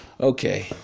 okay